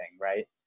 right